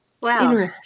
Wow